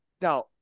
Now